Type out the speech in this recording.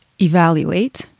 evaluate